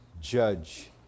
judge